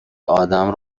آدم